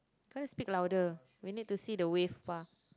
try to speak louder we need to see the wave bar